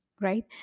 right